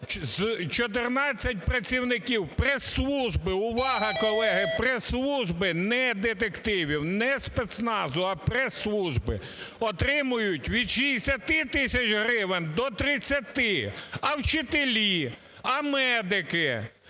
з 14 працівників прес-служби, увага, колеги, прес-служби, не детективів, не спецназу, а прес-служби отримують від 60 тисяч гривень до 30. А вчителі, а медики,